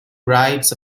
rides